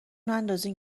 نندازین